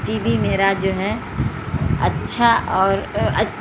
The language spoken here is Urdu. ٹی وی میرا جو ہے اچھا اور اچھا